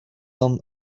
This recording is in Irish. dom